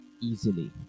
easily